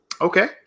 Okay